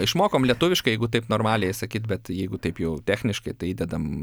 išmokom lietuviškai jeigu taip normaliai sakyt bet jeigu taip jau techniškai tai įdedam